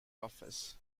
office